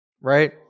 right